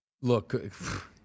Look